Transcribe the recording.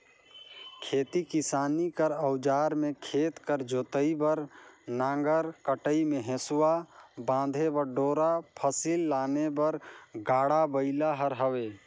खेती किसानी कर अउजार मे खेत कर जोतई बर नांगर, कटई मे हेसुवा, बांधे बर डोरा, फसिल लाने बर गाड़ा बइला हर हवे